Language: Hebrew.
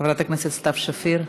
חברת הכנסת סתיו שפיר,